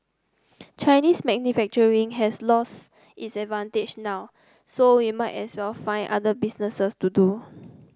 Chinese manufacturing has lost its advantage now so we might as well find other business to do